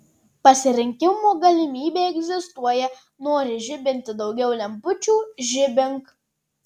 pasirinkimo galimybė egzistuoja nori žibinti daugiau lempučių žibink